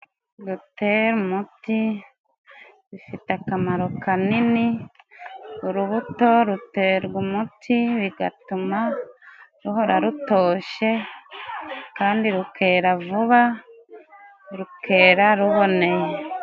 Gutera umuti bifite akamaro kanini, urubuto ruterwa umuti bigatuma ruhora rutoshye, kandi rukera vuba, rukera ruboneye.